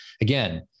again